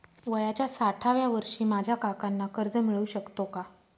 वयाच्या साठाव्या वर्षी माझ्या काकांना कर्ज मिळू शकतो का?